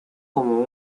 como